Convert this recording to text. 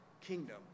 kingdom